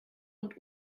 und